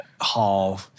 hall